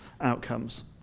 outcomes